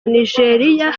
nigeriya